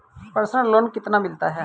Personal loan कितना मिलता है?